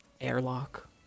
airlock